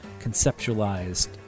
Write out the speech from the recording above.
conceptualized